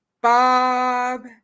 Bob